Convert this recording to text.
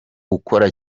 ukora